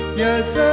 yes